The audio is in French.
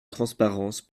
transparence